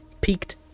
peaked